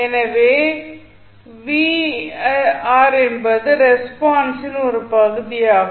எனவே என்பது ரெஸ்பான்ஸின் ஒரு பகுதி ஆகும்